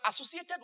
associated